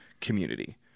community